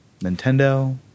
Nintendo